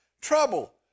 Trouble